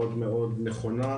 מאוד מאוד נכונה,